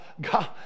God